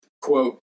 quote